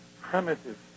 primitive